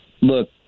Look